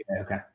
Okay